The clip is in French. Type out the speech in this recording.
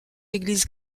église